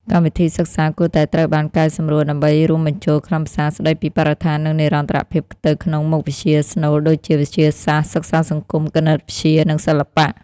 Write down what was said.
កម្មវិធីសិក្សាគួរតែត្រូវបានកែសម្រួលដើម្បីរួមបញ្ចូលខ្លឹមសារស្តីពីបរិស្ថាននិងនិរន្តរភាពទៅក្នុងមុខវិជ្ជាស្នូលដូចជា វិទ្យាសាស្ត្រ សិក្សាសង្គម គណិតវិទ្យា និងសិល្បៈ។